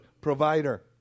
provider